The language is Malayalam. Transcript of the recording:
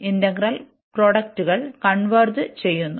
ഇന്റഗ്രൽ പ്രോഡക്റ്റ്കൾ കൺവെർജ് ചെയ്യുന്നു